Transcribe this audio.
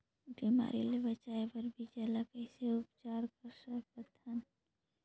बिमारी ले बचाय बर बीजा ल कइसे उपचार कर सकत हन?